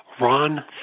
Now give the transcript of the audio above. Ron